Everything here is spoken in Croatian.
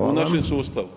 u našem sustavu.